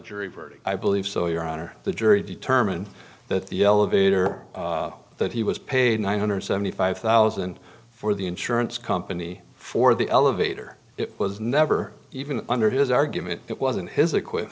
jury verdict i believe so your honor the jury determined that the elevator that he was paid one hundred seventy five thousand for the insurance company for the elevator it was never even under his argument it wasn't his equip